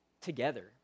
together